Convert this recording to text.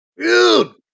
Dude